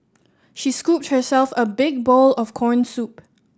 she scooped herself a big bowl of corn soup